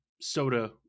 soda